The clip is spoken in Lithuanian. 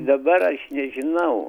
dabar aš nežinau